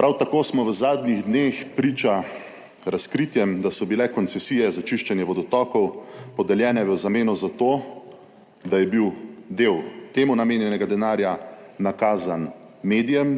Prav tako smo v zadnjih dneh priča razkritjem, da so bile koncesije za čiščenje vodotokov podeljene v zameno za to, da je bil del temu namenjenega denarja nakazan medijem